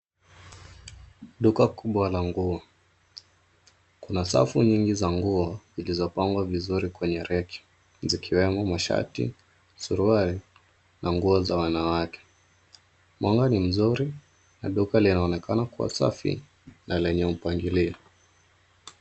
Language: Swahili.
Duka kubwa la nguo. Kuna safu nyingi za nguo zilizopangwa vizuri kwenye reki mzikiwemo mashati, suruali na nguo za wanawake. Mwanga ni mzuri na duka linaonekana kuwa safi na lenye upangilio.